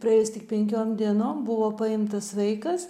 praėjus tik penkiom dienom buvo paimtas vaikas